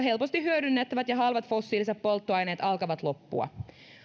helposti hyödynnettävät ja halvat fossiiliset polttoaineet alkavat loppua